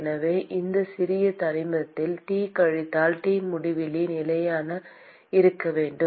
எனவே இந்த சிறிய தனிமத்தில் T கழித்தல் T முடிவிலி நிலையாக இருக்க வேண்டும்